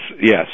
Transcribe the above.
yes